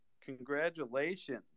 Congratulations